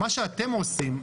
מה שאתם עושים,